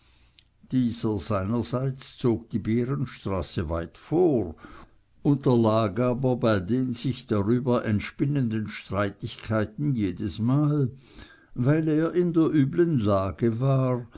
dieser seinerseits zog die behrenstraße weit vor unterlag aber bei den sich darüber entspinnenden streitigkeiten jedesmal weil er in der üblen lage war